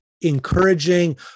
encouraging